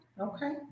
Okay